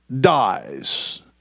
dies